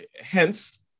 hence